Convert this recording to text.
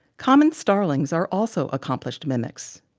common starlings are also accomplished mimics,